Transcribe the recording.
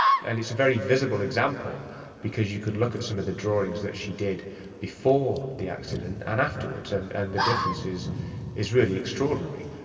and it's a very visible example because you can look at some of the drawings that she did before the accident and afterwards and and the differences is really extraordinary.